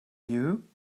you